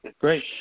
Great